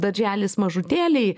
darželis mažutėliai